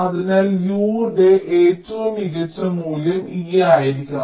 അതിനാൽ U യുടെ ഏറ്റവും മികച്ച മൂല്യം e ആയിരിക്കണം